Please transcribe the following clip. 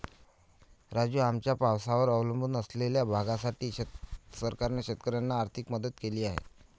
राजू, आमच्या पावसावर अवलंबून असलेल्या भागासाठी सरकारने शेतकऱ्यांना आर्थिक मदत केली आहे